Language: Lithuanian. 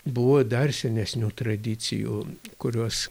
buvo dar senesnių tradicijų kurios